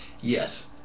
yes